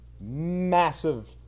massive